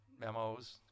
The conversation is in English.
memos